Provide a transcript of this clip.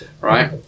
right